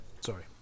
Sorry